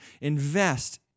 invest